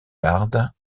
garde